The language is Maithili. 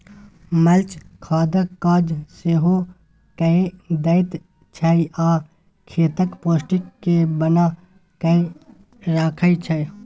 मल्च खादक काज सेहो कए दैत छै आ खेतक पौष्टिक केँ बना कय राखय छै